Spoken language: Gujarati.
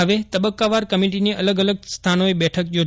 હવે તબક્કાવાર કમિટીની અલગ અલગ સ્થાનોએ બેઠક યોજાશે